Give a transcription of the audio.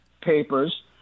papers